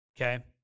okay